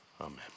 Amen